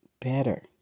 better